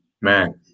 man